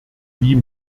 wie